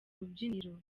rubyiniro